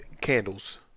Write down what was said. candles